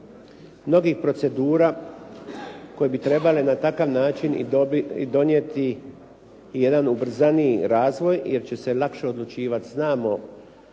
novih procedura koje bi trebale na takav način i donijeti jedan ubrzani razvoj jer će se lakše odlučivati. Znamo